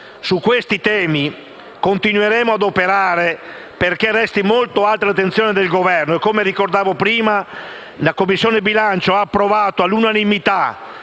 Su questi temi continueremo ad operare, perché resti molto alta l'attenzione del Governo. Come ho ricordato in precedenza, la Commissione bilancio ha approvato all'unanimità,